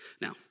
Now